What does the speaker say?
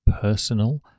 personal